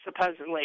Supposedly